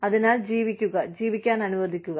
അതിനാൽ ജീവിക്കുക ജീവിക്കാൻ അനുവദിക്കുക